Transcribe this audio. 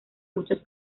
muchos